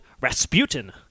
Rasputin